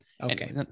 Okay